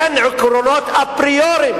אין עקרונות אפריוריים,